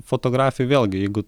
fotografija vėlgi jeigu